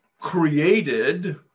created